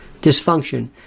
dysfunction